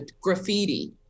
graffiti